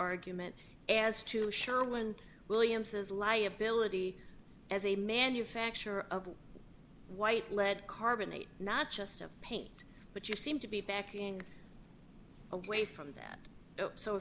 argument as to sherman williams's liability as a manufacturer of white lead carbonate not just paint but you seem to be backing away from that so